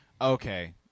okay